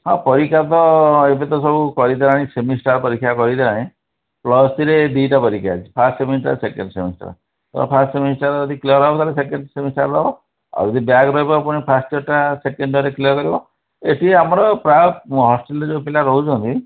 ହଁ ପରୀକ୍ଷା ତ ଏବେ ତ ସବୁ କରିଦେଲାଣି ସେମିଷ୍ଟାର୍ ପରୀକ୍ଷା କରିଦେଲାଣି ପ୍ଲସ୍ ଥ୍ରୀରେ ଦୁଇଟା ପରୀକ୍ଷା ଅଛି ଫାଷ୍ଟ୍ ସେମିଷ୍ଟାର୍ ସେକେଣ୍ଡ୍ ସେମିଷ୍ଟାର୍ ତେଣୁ ଫାଷ୍ଟ୍ ସେମିଷ୍ଟାର୍ ଯଦି କ୍ଲିଅର୍ ହେବ ତା'ହେଲେ ସେକେଣ୍ଡ୍ ସେମିଷ୍ଟାର୍ ଦେବ ଆଉ ଯଦି ବ୍ୟାକ୍ ରହିବ ପୁଣି ଫାଷ୍ଟ୍ ୟର୍ଟା ସେକେଣ୍ଡ୍ ୟର୍ରେ କ୍ଲିଅର୍ କରିବ ଏଇଠି ଆମର ପ୍ରାୟ ହଷ୍ଟେଲ୍ରେ ଯେଉଁ ପିଲା ରହୁଛନ୍ତି